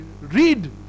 Read